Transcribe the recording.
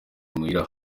imuhira